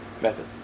method